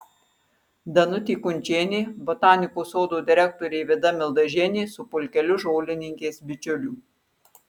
danutė kunčienė botanikos sodo direktorė vida mildažienė su pulkeliu žolininkės bičiulių